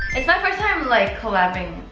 it's my first time like, collab-ing.